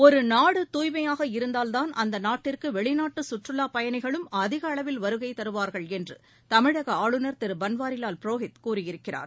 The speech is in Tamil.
ஒரு நாடு தூய்மையாக இருந்தால்தான் அந்த நாட்டுக்கு வெளிநாட்டு சுற்றுலா பயணிகளும் அதிக அளவில் வருகை தருவார்கள் என்று தமிழக ஆளுநர் திரு பன்வாரிவால் புரோஹித் கூறியிருக்கிறார்